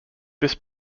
this